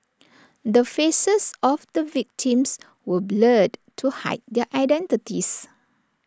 the faces of the victims were blurred to hide their identities